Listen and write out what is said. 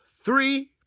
three